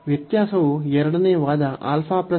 ವ್ಯತ್ಯಾಸವು ಎರಡನೇ ವಾದ ನೊಂದಿಗೆ ಇರುತ್ತದೆ